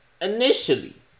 Initially